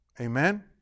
Amen